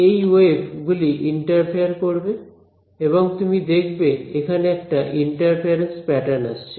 এই ওয়েভ গুলি ইন্টারফেয়ার করবে এবং তুমি দেখবে এখানে একটা ইন্টারফিয়ারেন্স প্যাটার্ন আসছে